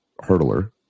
hurdler